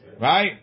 Right